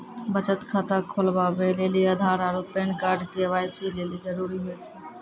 बचत खाता खोलबाबै लेली आधार आरू पैन कार्ड के.वाइ.सी लेली जरूरी होय छै